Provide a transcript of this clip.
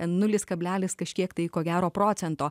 nulis kablelis kažkiek tai ko gero procento